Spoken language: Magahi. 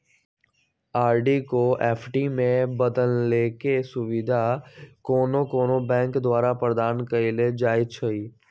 आर.डी को एफ.डी में बदलेके सुविधा कोनो कोनो बैंके द्वारा प्रदान कएल जाइ छइ